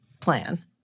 plan